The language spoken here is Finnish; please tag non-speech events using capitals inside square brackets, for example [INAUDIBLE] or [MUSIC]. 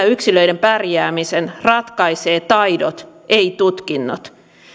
[UNINTELLIGIBLE] yksilöiden pärjäämisen niillä ratkaisevat taidot eivät tutkinnot